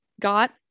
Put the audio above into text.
got